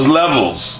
levels